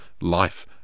life